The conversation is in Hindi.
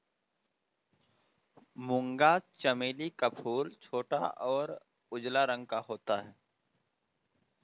मूंगा चमेली का फूल छोटा और उजला रंग का होता है